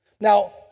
Now